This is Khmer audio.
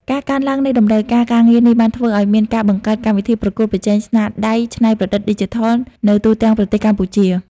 ការកើនឡើងនៃតម្រូវការការងារនេះបានធ្វើឱ្យមានការបង្កើតកម្មវិធីប្រកួតប្រជែងស្នាដៃច្នៃប្រឌិតឌីជីថលនៅទូទាំងប្រទេសកម្ពុជា។